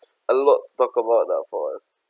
a lot talk about lah for us